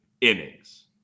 innings